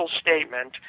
statement